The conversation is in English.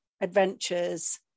adventures